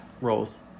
roles